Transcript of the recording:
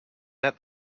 that